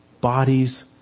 Bodies